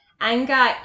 anger